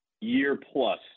year-plus